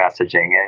messaging